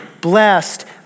blessed